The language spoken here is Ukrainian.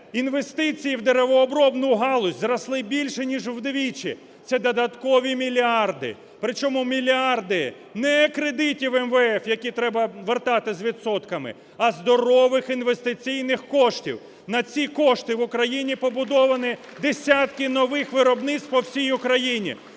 Інвестиції в деревообробну галузь зросли більше ніж вдвічі. Це додаткові мільярди, причому мільярди не кредитів МВФ, які треба вертати з відсотками, а здорових інвестиційних коштів. На ці кошти в Україні побудовані десятки нових виробництв по всій Україні.